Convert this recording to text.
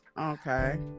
Okay